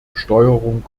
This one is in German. besteuerung